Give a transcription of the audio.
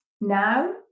now